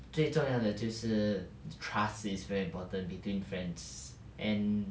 最重要的就是 trust is very important between friends and